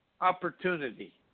opportunity